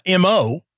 mo